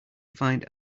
find